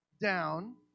down